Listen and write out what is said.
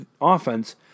offense